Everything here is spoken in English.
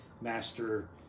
master